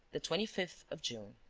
the twenty fifth of june.